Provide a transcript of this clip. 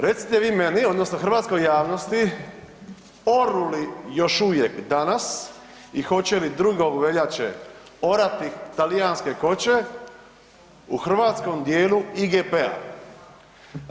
Recite vi meni, odnosno hrvatskoj javnosti, oru li još uvijek danas i hoće li 2. veljače orati talijanske koče u hrvatskom dijelu IGP-a.